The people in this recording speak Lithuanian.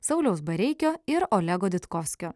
sauliaus bareikio ir olego ditkovskio